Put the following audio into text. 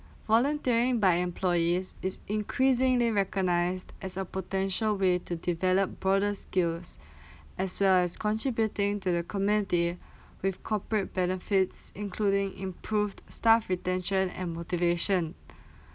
volunteering by employees is increasingly recognised as a potential way to develop broader skills as well as contributing to the community with corporate benefits including improve staff retention and motivation